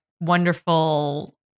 wonderful